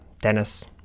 Dennis